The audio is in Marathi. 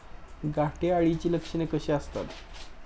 घाटे अळीची लक्षणे कशी असतात?